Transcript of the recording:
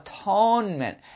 atonement